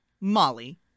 Molly